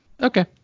Okay